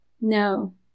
No